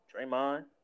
Draymond